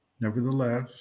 Nevertheless